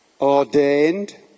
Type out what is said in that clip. ordained